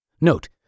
Note